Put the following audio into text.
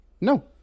No